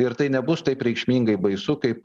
ir tai nebus taip reikšmingai baisu kaip